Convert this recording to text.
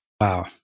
Wow